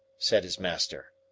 said his master.